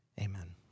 Amen